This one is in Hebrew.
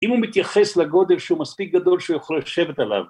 אם הוא מתייחס לגודל שהוא מספיק גדול שהוא יכול לשבת עליו